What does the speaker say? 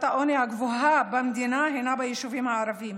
העוני הגבוהה במדינה הינה ביישובים הערביים,